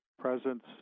presence